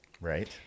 Right